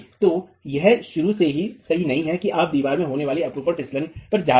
तो यह शुरू से ही सही नहीं है कि आप दीवार में होने वाली अपरूपण फिसलन पर जा रहे हैं